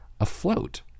afloat